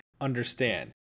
understand